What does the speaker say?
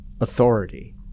authority